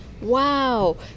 Wow